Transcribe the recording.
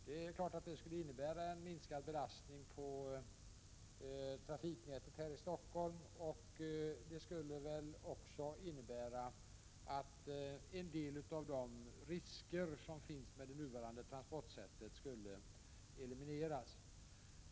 Det är klart att det skulle innebära en minskad belastning på trafiknätet häri Stockholm, och det skulle väl också innebära att en del av de risker som finns med det nuvarande transportsättet skulle elimineras.